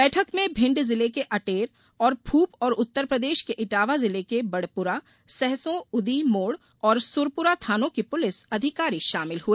बैठक में भिण्ड जिले के अटेर और फूप और उत्तरप्रदेश के इटावा जिले के बडपुरा सहसों उदी मोड़ और सुरपुरा थानों के पुलिस अधिकारी शामिल हुए